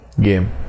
game